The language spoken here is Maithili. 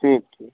ठीक छै